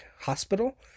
hospital